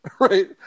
right